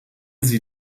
sie